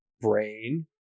brain